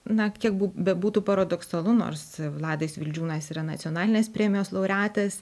na kiek bebūtų paradoksalu nors vladas vildžiūnas yra nacionalinės premijos laureatas